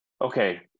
Okay